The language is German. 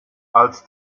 als